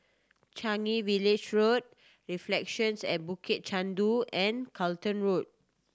Changi Village Road Reflections at Bukit Chandu and Charlton Road